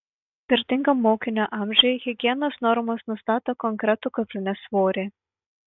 skirtingam mokinio amžiui higienos normos nustato konkretų kuprinės svorį